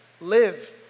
live